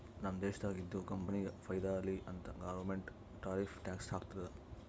ನಮ್ ದೇಶ್ದಾಗ್ ಇದ್ದಿವ್ ಕಂಪನಿಗ ಫೈದಾ ಆಲಿ ಅಂತ್ ಗೌರ್ಮೆಂಟ್ ಟಾರಿಫ್ ಟ್ಯಾಕ್ಸ್ ಹಾಕ್ತುದ್